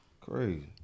Crazy